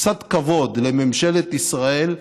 קצת כבוד לממשלת ישראל,